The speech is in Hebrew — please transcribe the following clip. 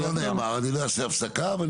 אני לא אעשה הפסקה.